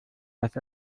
dass